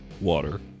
water